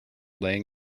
laying